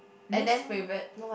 least favourite